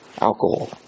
alcohol